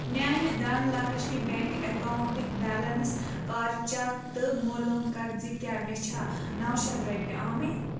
میٛانہِ دھن لَکشمی بٮ۪نٛک اٮ۪کاوُنٛٹٕکۍ بیلٮ۪نٕس کَر چک تہٕ مولوٗم کَر زِ کیٛاہ مےٚ چھا نَو شَتھ رۄپیہِ آمٕتۍ